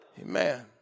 Amen